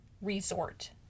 resort